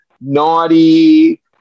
naughty